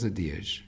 dias